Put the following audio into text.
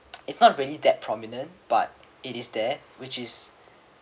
it's not really that prominent but it is there which is